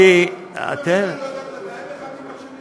לדעתי, הממשלה לא יודעת לתאם אחד עם השני?